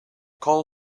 call